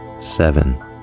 Seven